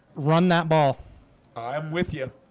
run that ball i'm with you